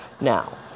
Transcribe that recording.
Now